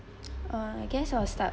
uh I guess I'll start